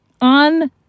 On